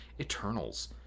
Eternals